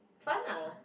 fun ah